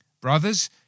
Brothers